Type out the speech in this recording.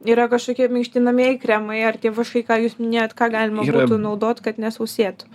yra kažkokie minkštinamieji kremai ar tie vaškai ką jūs minėjot ką galima būtų naudot kad nesausėtų